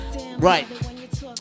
Right